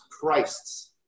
Christ's